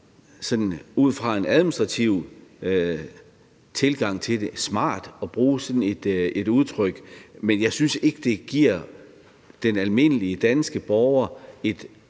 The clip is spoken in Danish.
ud fra en administrativ tilgang til det er smart at bruge sådan et udtryk, men jeg synes ikke, det giver den almindelige danske borger et